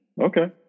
Okay